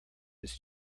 his